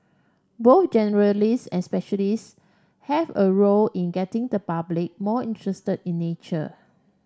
both generalists and specialists have a role in getting the public more interested in nature